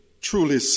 truly